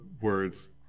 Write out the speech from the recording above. words